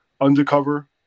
undercover